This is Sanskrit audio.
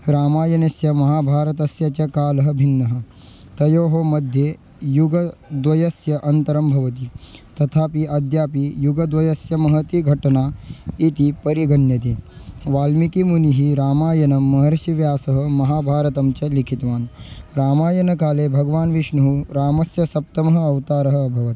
रामायणस्य महाभारतस्य च कालः भिन्नः तयोः मध्ये युगद्वयस्य अन्तरं भवति तथापि अद्यापि युगद्वयस्य महती घटना इति परिगण्यते वाल्मिकिमुनेः रामायणं महर्षिव्यासेन महाभारतं च लिखितवान् रामायणकाले भगवान् विष्णोः रामस्य सप्तमः अवतारः अभवत्